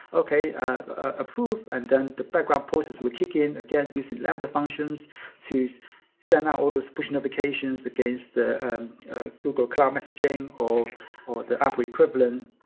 okay. approve. and then the background process would kick in, again, using lambda functions to send out all those push notifications against the google cloud messaging or or the apple equivalent.